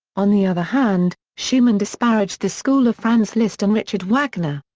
on the other hand, schumann disparaged the school of franz liszt and richard wagner.